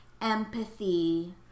empathy